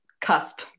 cusp